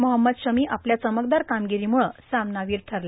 मोहोम्मद शमी आपल्या चमकदार कार्मागरोम्रळं सामनावीर ठरला